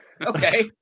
Okay